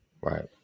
Right